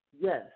Yes